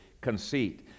conceit